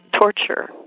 torture